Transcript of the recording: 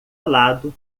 lado